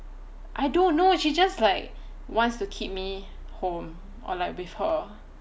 I don't know she just like wants to keep me home or like with her